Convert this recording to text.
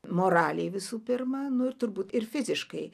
moraliai visų pirma nu ir turbūt ir fiziškai